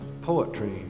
poetry